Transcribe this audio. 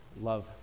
love